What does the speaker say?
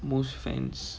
most fans